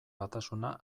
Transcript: batasuna